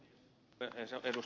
kuten ed